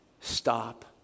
stop